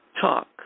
talk